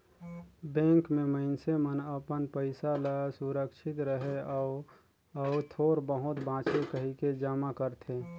bank में मइनसे मन अपन पइसा ल सुरक्छित रहें अउ अउ थोर बहुत बांचे कहिके जमा करथे